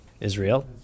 Israel